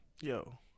Yo